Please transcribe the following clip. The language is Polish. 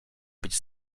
być